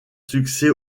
succès